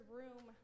room